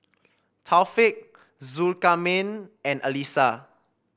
Taufik Zulkarnain and Alyssa